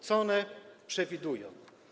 Co one przewidują?